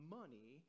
money